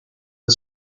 the